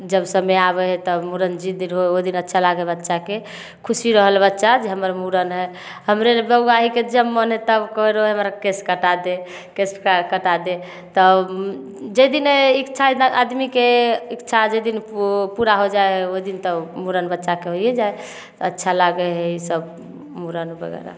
जब समय आबै हइ तब मुड़न जाहि दिन होइ ओहि दिन अच्छा लागै हइ बच्चाके खुशी रहल बच्चा जे हमर मुड़न हइ हमरे बौआ हैके जब मन हइ तब कहै रहै हमरा केश कटा दे केश कटा दे तऽ जाहि दिन इच्छा आदमीके इच्छा जाहि दिन पूरा हो जाय ओइ दिन तऽ मुड़न बच्चा के होइये जाय हय तऽ अच्छा लागय हय ई सब मुड़न वगैरह